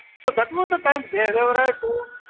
so that was the time deva raya to